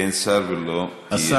אין שר ולא יהיה.